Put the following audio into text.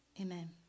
Amen